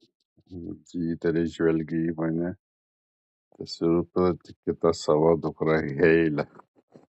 ji įtariai žvelgia į mane tesirūpina tik kita savo dukra heile